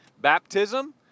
baptism